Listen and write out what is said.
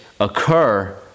occur